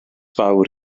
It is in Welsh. fawr